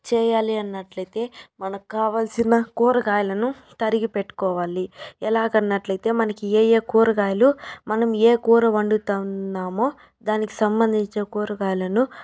చెయ్యాలి అన్నట్లయితే మనకు కావాల్సిన కూరగాయలను తరిగి పెట్టుకోవాలి ఎలాగన్నట్లయితే మనకి ఏ ఏ కూరగాయలు మనం ఏ కూర వండుతున్నామో దానికి సంబంధించిన కూరగాయలను